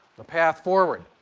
the path forward.